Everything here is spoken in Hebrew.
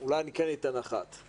אולי אני כן אתן דוגמה אחת.